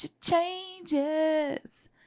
changes